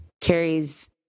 carries